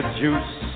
juice